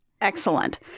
Excellent